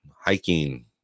hiking